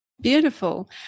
Beautiful